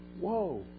Whoa